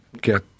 get